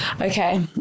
okay